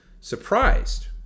surprised